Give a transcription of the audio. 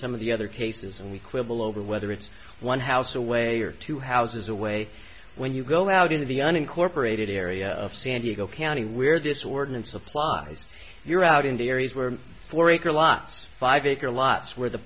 some of the other cases and we quibble over whether it's one house away or two houses away when you go out into the unincorporated area of san diego county where this ordinance applies if you're out in the areas where four acre lots five acre lots where the